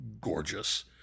gorgeous